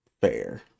Fair